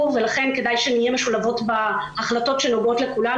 ולכן כדאי שנהיה משולבות בהחלטות שנוגעות לכולנו,